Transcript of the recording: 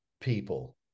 people